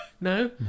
No